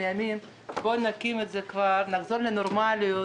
בואו נקים את זה, נחזור לנורמליות.